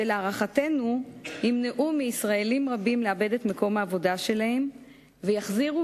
שלהערכתנו ימנעו מישראלים רבים לאבד את מקום העבודה שלהם ויחזירו